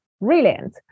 Brilliant